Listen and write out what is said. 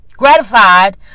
gratified